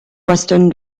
western